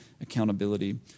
accountability